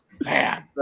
Man